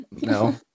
no